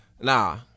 Nah